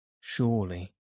surely